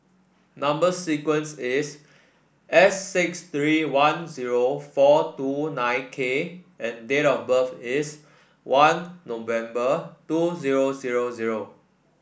number sequence is S six three one zero four two nine K and date of birth is one November two zero zero zero